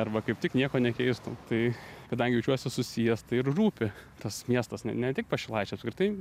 arba kaip tik nieko nekeistum tai kadangi jaučiuosi susijęs ir rūpi tas miestas ne ne tik pašilaičiai apskritai